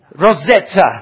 Rosetta